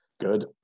Good